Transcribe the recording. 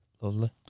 Lovely